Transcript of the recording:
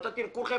נתתי לכולכם